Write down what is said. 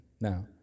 Now